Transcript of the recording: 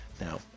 Now